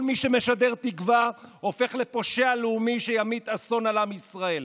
כל מי שמשדר תקווה הופך לפושע לאומי שימית אסון על עם ישראל.